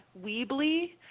Weebly